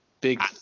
Big